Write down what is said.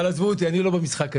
אבל עזבו אותי אני לא במשחק הזה,